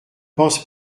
pense